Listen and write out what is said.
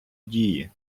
дії